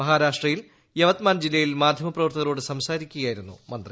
മഹാരാഷ്ട്രയിൽ യവത്മാൻ ജില്ലയിൽ മാധ്യമപ്രവർത്തകരോട് സംസാരിക്കുകയായിരുന്നു മന്ത്രി